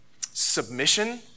Submission